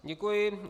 Děkuji.